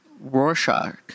Rorschach